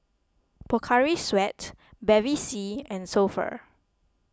Pocari Sweat Bevy C and So Pho